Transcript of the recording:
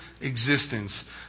existence